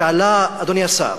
שעלה, אדוני השר,